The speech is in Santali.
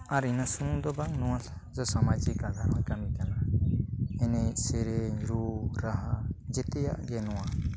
ᱟᱨ ᱤᱱᱟᱹ ᱥᱩᱢᱩᱝ ᱫᱚ ᱵᱟᱝ ᱱᱚᱣᱟ ᱥᱟᱢᱟᱡᱤᱠ ᱟᱫᱷᱟᱨ ᱦᱚᱸᱭ ᱠᱟᱹᱢᱤ ᱠᱟᱱᱟ ᱮᱱᱮᱡ ᱥᱮᱨᱮᱧ ᱨᱩ ᱨᱟᱦᱟ ᱡᱚᱛᱚᱣᱟᱜ ᱜᱮ ᱱᱚᱣᱟ